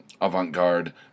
avant-garde